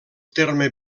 terme